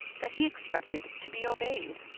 that he expected to be obeyed.